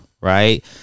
Right